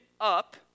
up